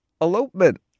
elopement